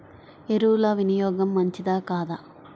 ఎరువుల వినియోగం మంచిదా కాదా?